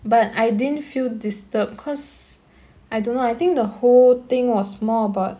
but I didn't feel disturbed because I don't know I think the whole thing was more about